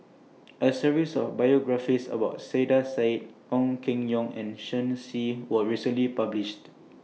A series of biographies about Saiedah Said Ong Keng Yong and Shen Xi was recently published